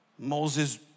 Moses